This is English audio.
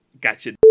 gotcha